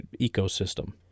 ecosystem